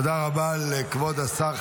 תודה רבה לכבוד השר.